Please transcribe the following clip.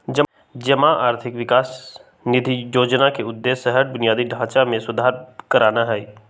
जमा आर्थिक विकास निधि जोजना के उद्देश्य शहरी बुनियादी ढचा में सुधार करनाइ हइ